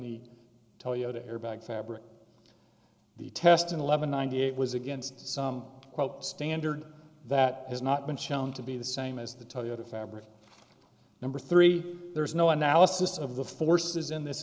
the toyota airbag fabric the test in eleven ninety eight was against some standard that has not been shown to be the same as the toyota fabric number three there is no analysis of the forces in this